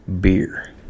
Beer